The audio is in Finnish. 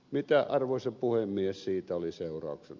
mitä arvoisa puhemies siitä oli seurauksena